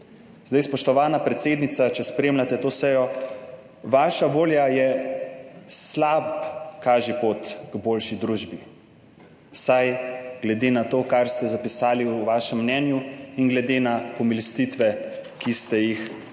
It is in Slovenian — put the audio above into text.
Zdaj, spoštovana predsednica, če spremljate to sejo, vaša volja je slab kažipot k boljši družbi, vsaj glede na to kar ste zapisali v vašem mnenju in glede na pomilostitve, ki ste jih z